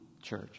church